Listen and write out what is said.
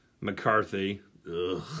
McCarthy